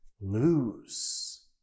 Lose